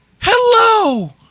hello